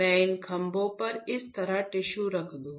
मैं इन खंभों पर इस तरह टिश्यू रख दूं